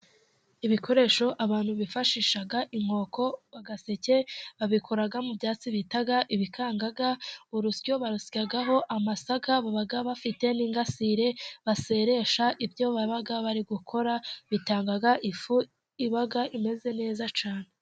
Ibikoresho abantu bifashisha， inkoko，agaseke， babikora mu byatsi bita ibikangaga， urusyo barusyaho amasaka，baba bafite n'ingasire，basoresha ibyo baba bari gukora， bitanga ifu iba imeze neza cyane.